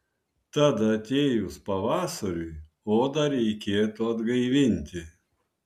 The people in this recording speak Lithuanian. tad atėjus pavasariui odą reikėtų atgaivinti